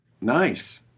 Nice